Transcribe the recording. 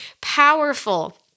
powerful